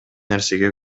нерсеге